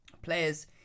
Players